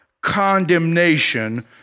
condemnation